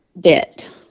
bit